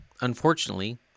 Unfortunately